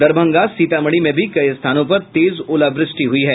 दरभंगा सीतामढी में भी कई स्थानों पर तेज ओलावृष्टि हुई है